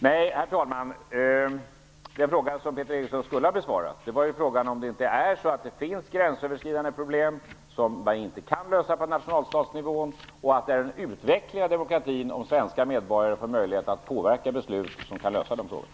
Nej, herr talman, den fråga som Peter Eriksson skulle ha besvarat var frågan om det inte är så att det finns gränsöverskridande problem, som man inte kan lösa på nationalstatsnivå, och att det är en utveckling av demokratin om svenska medborgare får möjlighet att påverka beslut som kan lösa de frågorna.